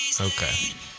Okay